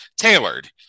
tailored